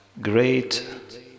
great